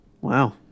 Wow